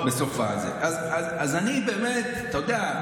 אתה יודע,